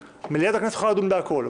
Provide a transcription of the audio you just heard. מליאת הכנסת יכולה לדון בהכול,